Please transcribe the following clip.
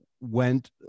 went